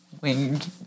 winged